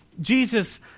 Jesus